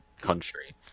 country